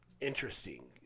interesting